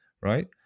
right